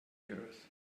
earth